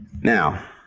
Now